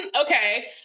Okay